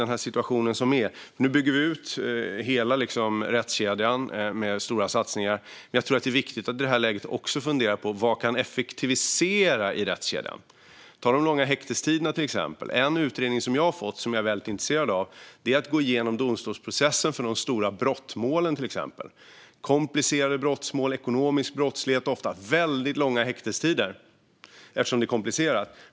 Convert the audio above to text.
Nu bygger vi ut hela rättskedjan med stora satsningar. Men jag tror att det är viktigt att i det här läget också fundera på vad som kan effektiviseras i rättskedjan. Ta de långa häktestiderna till exempel. En utredning som jag har fått och som jag är väldigt intresserad av handlar om att gå igenom domstolsprocessen för inte minst de stora och komplicerade brottmålen. Vid till exempel ekonomisk brottslighet är det ofta väldigt långa häktestider, eftersom det är komplicerat.